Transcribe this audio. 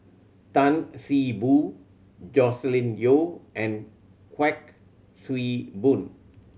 Tan See Boo Joscelin Yeo and Kuik Swee Boon